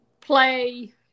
play